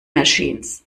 machines